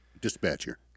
Dispatcher